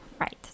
Right